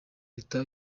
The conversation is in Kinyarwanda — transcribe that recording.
leta